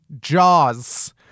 jaws